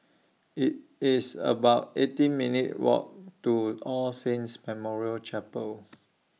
IT It's about eighteen minutes' Walk to All Saints Memorial Chapel